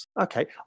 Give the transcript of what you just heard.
okay